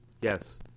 Yes